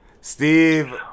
Steve